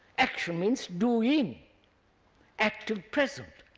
action means doing active present.